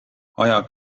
aja